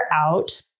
out